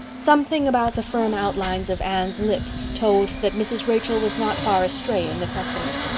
something about the firm outlines of anne's lips told that mrs. rachel was not far astray in this estimate.